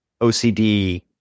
OCD